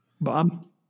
Bob